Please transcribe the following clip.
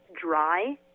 dry